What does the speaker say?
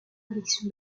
collection